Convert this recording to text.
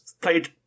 played